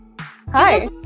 Hi